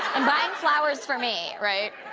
i'm buying flowers for me, right?